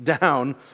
down